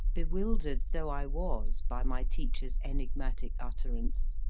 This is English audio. bewildered though i was by my teacher's enigmatic utterance,